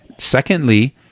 Secondly